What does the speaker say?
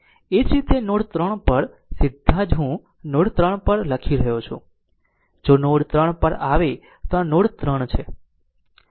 એ જ રીતે નોડ 3 પર સીધા જ હું નોડ 3 પર લખી રહ્યો છું જો નોડ 3 પર આવે તો આ નોડ 3 છે